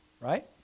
Right